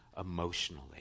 emotionally